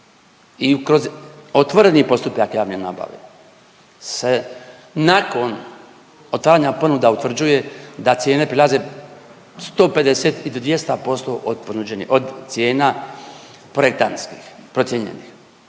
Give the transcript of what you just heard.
I kroz otvoreni postupak javne nabave se nakon otvaranja ponuda utvrđuje da cijene prelaze 150 i do 200% od ponuđenih od cijena projektantskih, procijenjenih